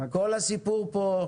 כל הסיפור כאן,